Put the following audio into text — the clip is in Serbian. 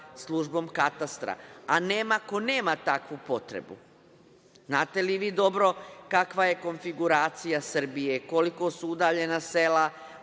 službom katastra. Nema ko nema takvu potrebu. Znate li vi dobro kakva je konfiguracija Srbije, koliko su udaljena sela